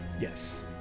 Yes